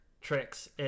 tricks